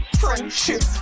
friendship